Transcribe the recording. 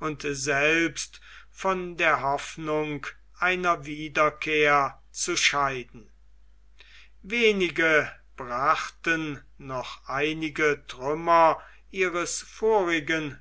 und selbst von der hoffnung einer wiederkehr zu scheiden wenige brachten noch einige trümmer ihres vorigen